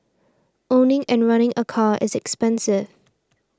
owning and running a car is expensive